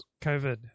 covid